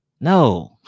No